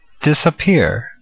Disappear